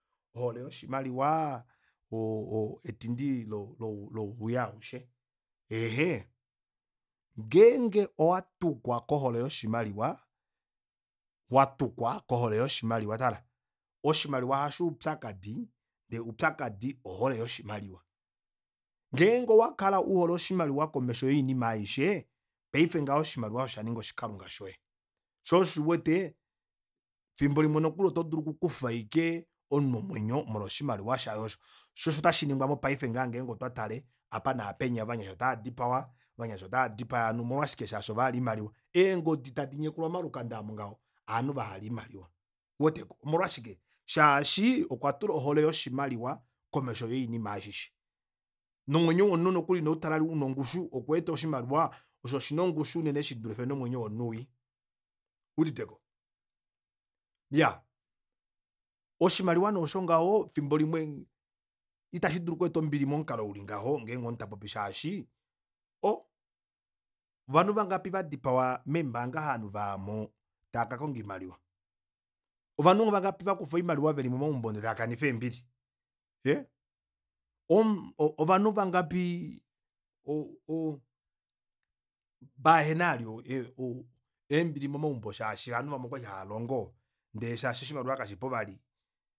Ohole yoshimaliwa etindi lo- lo lowii aushe ehee ngeenge owatukwa kohole yoshimaliwa watukwa kohole yoshimaliwa tala oshimaliwa hasho oupyakadi ndee oupyakadi ohole yoshimaliwa ngeenge owakala uhole oshimaliwa komesho yoinima aishe paife ngaha oshimaliwa aasho oshaninga oshikalunga shoye shoo osho uwete fimbo limwe nokuli oto dulu okukufa aike omunhu omwenyo molwo oshimaliwa shaye osho shoo osho tashiningwa mopaife ngaha ngeenge otwa tale apa naapenya ovanyasha otava dipawa ovanyasha otaadipaya ovanhu omolwashike shaashi ovahala oimaliwa eengodi tadi nyekulwa momalukanda aamo ngaho ovanhu vahala oimaliwa ouweteko omolwashike shaashi okwatula ohole yoshimaliwa komesho yoinima aishe nomwenyo womunhu ine utala vali una ongushu okuwete oshimaliwa osho shina ongushu unene shidulife nomwenyo womunhu wii owuuditeko iyaa oshimaliwa nee osho ngaho fimbo limwe ita shidulu okweeta ombili momukalo uli ngaho ngeenge omunhu tapopi shaashi ohh ovanhu vangapi vadipawa mee mbaanga ovanhu vayamo taakakonga oimaliwa ovanhu vangapi vakufa oimaliwa veli momaumbo ndee takanifa eembili yee omhh ovanhu vahangapi o- o- o pahena vali o- e- o eembili momaumbo shaashi ovanhu vamwe okwali havalongo ndee shashi oshimaliwa kashipo vali